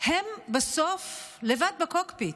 הם בסוף לבד בקוקפיט,